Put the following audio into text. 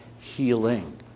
healing